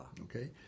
Okay